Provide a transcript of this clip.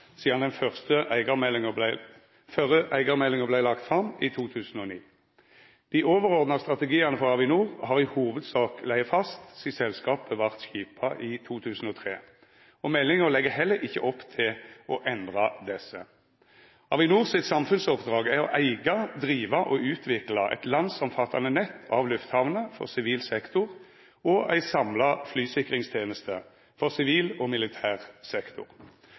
sidan den førre eigarmeldinga vart lagd fram i 2009. Dei overordna strategiane for Avinor har i hovudsak lege fast sidan selskapet vart skipa i 2003, og meldinga legg heller ikkje opp til å endra desse. Avinor sitt samfunnsoppdrag er å eiga, driva og utvikla eit landsomfattande nett av lufthamner for sivil sektor og ei samla flysikringsteneste for sivil og militær sektor.